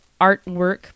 artwork